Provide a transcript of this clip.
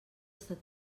estat